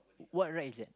what ride is that